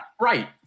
right